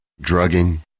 drugging